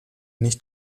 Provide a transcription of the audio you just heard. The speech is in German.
nicht